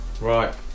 Right